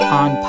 on